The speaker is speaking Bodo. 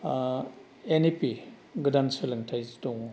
एनइपि गोदान सोलोंथाइ जि दङ